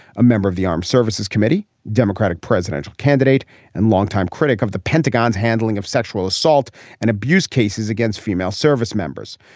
a member of the armed services committee. democratic presidential candidate and longtime. critic of the pentagon's handling of sexual assault and abuse cases against female service members,